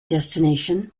destination